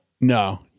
no